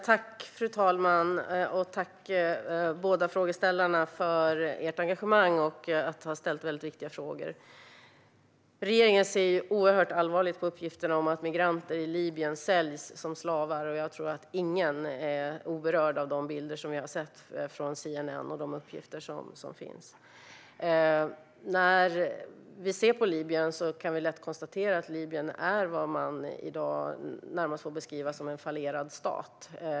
Fru talman! Tack, båda frågeställarna, för ert engagemang och era viktiga frågor! Regeringen ser oerhört allvarligt på uppgifterna om att migranter i Libyen säljs som slavar. Jag tror inte att någon är oberörd av de bilder som vi har sett från CNN och andra uppgifter. Vi kan lätt konstatera att Libyen är vad man i dag närmast får beskriva som en fallerad stat.